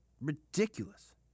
ridiculous